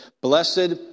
Blessed